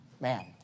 man